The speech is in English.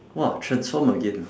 !wah! transform again ah